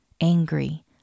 angry